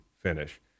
Finish